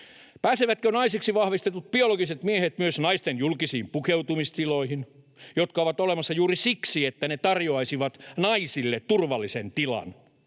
Pääsevätkö naisiksi vahvistetut biologiset miehet myös naisten julkisiin pukeutumistiloihin, jotka ovat olemassa juuri siksi, että ne tarjoaisivat naisille turvallisen tilan?